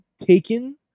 taken